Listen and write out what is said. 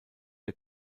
der